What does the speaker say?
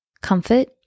comfort